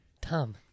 Tom